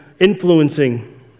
influencing